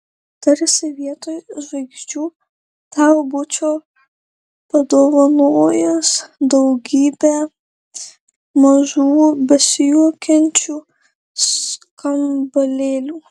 tarsi vietoj žvaigždžių tau būčiau padovanojęs daugybę mažų besijuokiančių skambalėlių